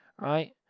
right